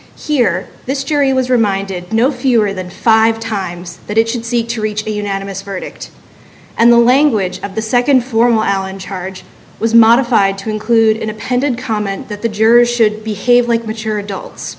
here this jury was reminded no fewer than five times that it should seek to reach a unanimous verdict and the language of the second four allen charge was modified to include independent comment that the jurors should behave like mature adults